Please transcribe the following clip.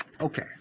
Okay